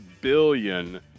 billion